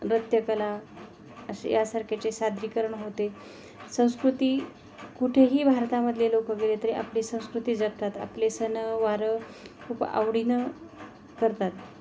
नृत्यकला असे यासारख्याचे सादरीकरण होते संस्कृती कुठेही भारतामधले लोकं गेले तरी आपली संस्कृती जपतात आपले सणवार खूप आवडीनं करतात